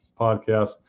podcast